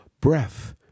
breath